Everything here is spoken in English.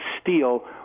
steal